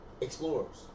explorers